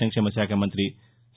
సంక్షేమ శాఖ మంతి సి